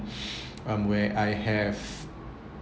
um where I have